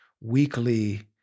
weekly